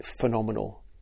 phenomenal